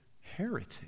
heritage